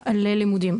ללימודים.